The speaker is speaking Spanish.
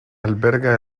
alberga